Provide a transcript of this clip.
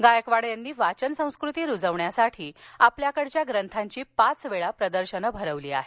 गायकवाड यांनी वाचन संस्कृती रुजवण्यासाठी आपल्याकडच्या ग्रंथांची पाच वेळा प्रदर्शनं भरवली आहेत